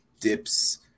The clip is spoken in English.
dips –